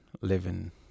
living